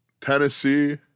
Tennessee